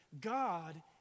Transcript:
God